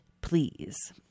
please